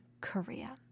Korea